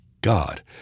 God